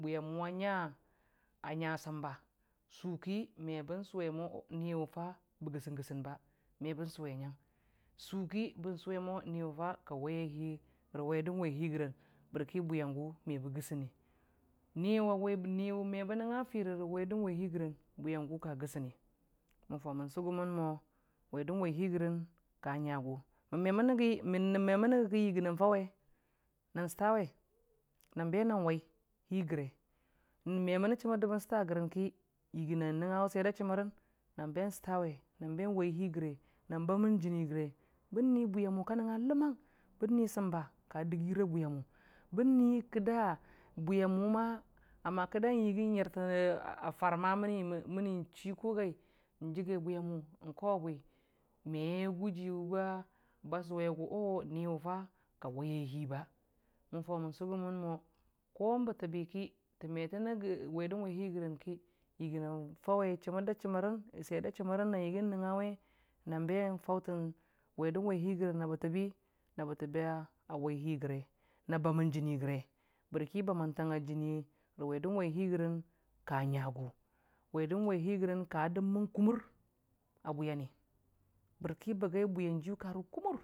Na bwiya mu nga na nga səmba sʊ ki mebən sʊwe mo mən gəsən- gəsən ba sʊ ki bən sʊwe mo niwe ka waiye hi rə wer dən wai hi gərən bərki bwi yangu mebə gəsənne ni wa wai ba me bə nəngnga fini rə wer dən wai hi gərəni bwiyangʊ ka gəsənne mən fa'u mən sʊgʊmən mo wer dən wai hi gərən ka ngagu mən m emənəge mən menə gəre ki yəgi nmən faʊwe nan sʊtawe nan be nən wai hi gəre mən me mənə chəmər dəbən sʊta gərən ki yəgi nən nəngawe swer da chəmərran nən be sʊtawe nən be wai hi gəre nan bamən jəni gəre bən nui bwiya mʊ ka nəngnga ləmang bən nui səmba ka dəgi bwiyangu ki kə nuirə ləmang bən nui ki da bə nənga ki da yəgi yartəna far məni chiko gai da muwa far a mʊri ki kən kawe bwi me gaji bən chu kən sʊwe mo oo niwe fa ka waye hi ba mən yau mən sʊgʊmən mo bətəbi ki tə me tənə wer dən wal hi gərən ki fauwe "chəmər da chəmərra" swer da chəmərən nam yəgi nəngngawe nan be fau wer dən wai hi gərən na bətəbi' a wai hi gəre na bamar jəni rəge bərki baməntang a jəni rə wer dən wai hi gərən ka ngagu wer dən wai hi gərən ka ngagu wer dən wai hi gərən ka dəmən kumur a bwi ya niyʊ bər bagi bwiyanjiyʊ ka rə kumur.